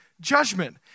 judgment